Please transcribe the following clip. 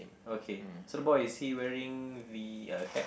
okay so what the boy is he wearing the a cap